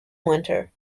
winter